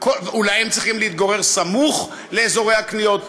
אולי הם צריכים להתגורר סמוך לאזורי הקניות,